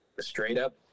straight-up